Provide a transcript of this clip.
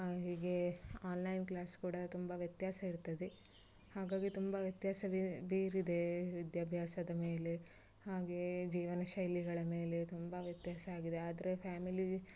ಹೀಗೆ online class ಕೂಡ ತುಂಬ ವ್ಯತ್ಯಾಸ ಇರುತ್ತದೆ ಹಾಗಾಗಿ ತುಂಬ ವ್ಯತ್ಯಾಸ ಬೀರು ಬೀರಿದೆ ವಿದ್ಯಾಭ್ಯಾಸದ ಮೇಲೆ ಹಾಗೆ ಜೀವನಶೈಲಿಗಳ ಮೇಲೆ ತುಂಬ ವ್ಯತ್ಯಾಸ ಆಗಿದೆ ಆದರೆ ಫ್ಯಾಮಿಲಿ